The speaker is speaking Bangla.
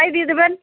তাই দিয়ে দেবেন